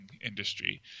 industry